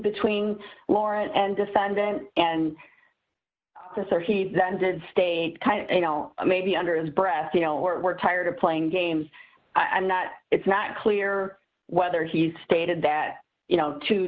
between lawrence and defendant and sir he then did state kind of you know maybe under his breath you know we're tired of playing games i'm not it's not clear whether he stated that you know to